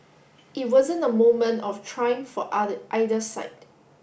it wasn't a moment of triumph for either side